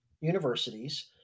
universities